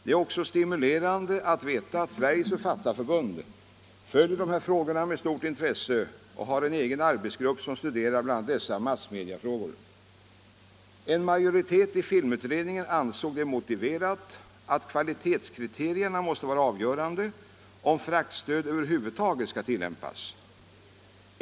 Det är också stimulerande att veta att Sveriges författarförbund följer dessa frågor med stort intresse och har en egen arbetsgrupp som studerar bl.a. dessa massmediafrågor. En majoritet i filmutredningen ansåg det motiverat att kvalitetskriterierna måste vara avgörande om fraktstöd över huvud taget skall tilllämpas.